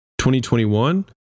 2021